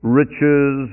riches